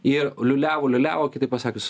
jie liūliavo liūliavo kitaip pasakius